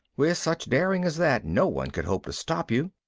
with such daring as that, no one could hope to stop you.